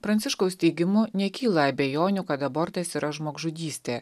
pranciškaus teigimu nekyla abejonių kad abortas yra žmogžudystė